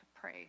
pray